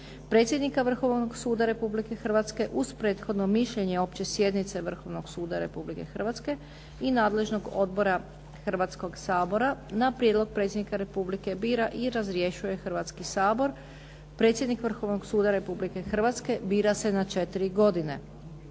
Predsjednika Vrhovnog suda Republike Hrvatske uz prethodno mišljenje opće sjednice Vrhovnog suda Republike Hrvatske i nadležnog odbora Hrvatskog sabora na prijedlog Predsjednika Republike bira i razrješuje Hrvatski sabor. Predsjednik Vrhovnog suda Republike Hrvatske bira se na četiri godine.